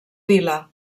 vila